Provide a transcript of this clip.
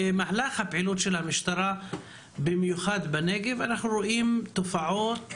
במהלך הפעילות של המשטרה במיוחד בנגב אנחנו רואים תופעות